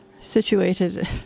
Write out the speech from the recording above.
situated